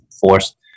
forced